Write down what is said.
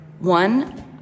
one